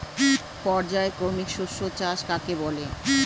পর্যায়ক্রমিক শস্য চাষ কাকে বলে?